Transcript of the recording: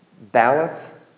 balance